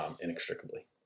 inextricably